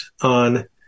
on